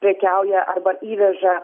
prekiauja arba įveža